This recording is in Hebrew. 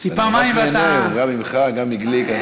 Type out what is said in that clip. אני ממש נהנה היום, גם ממך, גם מגליק.